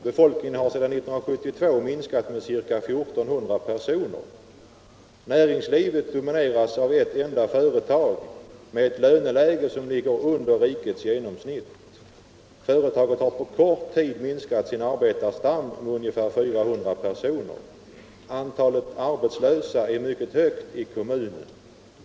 Befolkningen har sedan 1972 minskat med cirka 1 400 personer. Näringslivet domineras av ett enda företag med ett löneläge som ligger under rikets genomsnitt. Företaget har på kort tid minskat sin arbetarstam med ungefär 400 personer. Antalet arbetslösa är mycket högt i kommunen.